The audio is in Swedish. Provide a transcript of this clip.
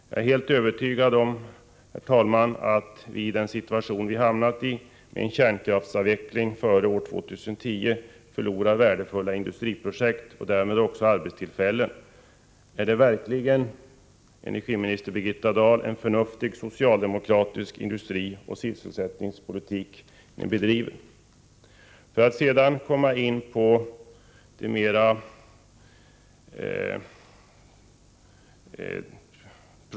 Jag är helt förvissad om, herr talman, att vi i den situation som vi har hamnat i — med beslut om en kärnkraftsavveckling före år 2010 — förlorar värdefulla industriprojekt och därmed också arbetstillfällen. Är det verkligen, energiminister Birgitta Dahl, en förnuftig industrioch sysselsättningspolitik ni socialdemokrater bedriver?